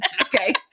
Okay